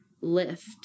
lift